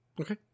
Okay